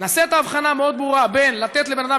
נעשית ההבחנה המאוד-ברורה בין לתת לבן-אדם